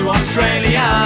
Australia